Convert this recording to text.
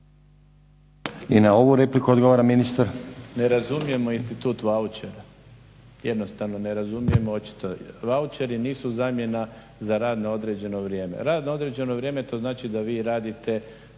I na ovu repliku ogovara ministar. **Mrsić, Mirando (SDP)** Ne razumijemo institut vaučera, jednostavno ne razumijemo očito. Vaučeri nisu zamjena za rad na određeno vrijeme. Rad na određeno vrijeme, to znači da vi radite